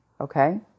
okay